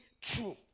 true